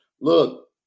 Look